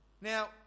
Now